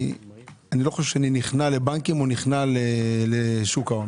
לא חושב שאני נכנע לבנקים או לשוק ההון.